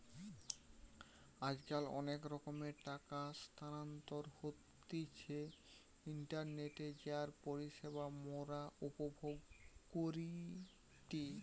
আজকাল অনেক রকমের টাকা স্থানান্তর হতিছে ইন্টারনেটে যার পরিষেবা মোরা উপভোগ করিটি